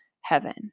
heaven